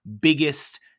biggest